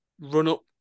run-up